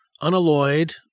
unalloyed